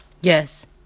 Yes